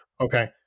Okay